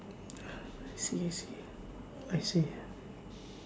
I see I see I see